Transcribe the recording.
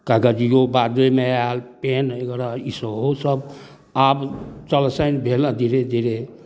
कगजिओ बादेमे आयल पेन वगैरह ईसभ सेहोसभ आब चलसाइन भेल हेँ धीरे धीरे